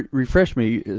refresh me,